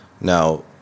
Now